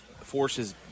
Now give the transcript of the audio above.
forces